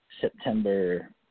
September